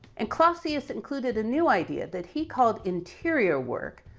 and clausius included a new idea that he called interior work.